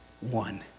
one